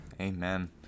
Amen